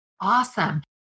Awesome